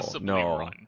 no